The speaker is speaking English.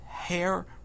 hair